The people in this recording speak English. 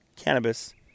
cannabis